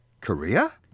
Korea